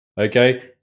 Okay